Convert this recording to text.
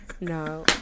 no